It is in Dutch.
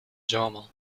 zomer